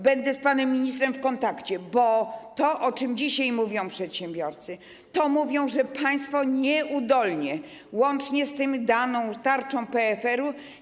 Będę z panem ministrem w kontakcie, bo to, o czym dzisiaj mówią przedsiębiorcy, to mówią że państwo nieudolnie, łącznie z tarczą PFR-u.